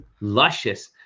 Luscious